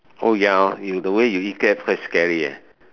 oh ya lor you the way you eat crab quite scary leh